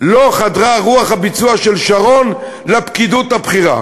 לא חדרה רוח הביצוע של שרון לפקידות הבכירה.